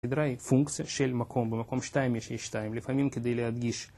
היא פונקציה של מקום, במקום שתיים יש אי שתיים, לפעמים כדי להדגיש.